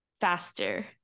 faster